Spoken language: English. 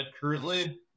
currently